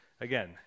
Again